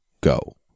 go